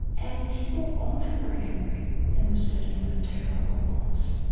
and people often are angry in the setting of a terrible loss.